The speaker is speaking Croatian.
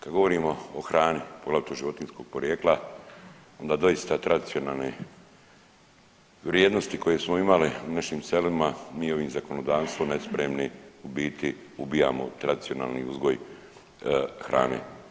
Kad govorimo o hrani poglavito životinjskog porijekla, onda doista tradicionalne vrijednosti koje smo imali u našim selima mi ovim zakonodavstvom nespremni u biti ubijamo tradicionalni uzgoj hrane.